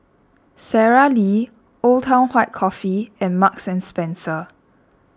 Sara Lee Old Town White Coffee and Marks and Spencer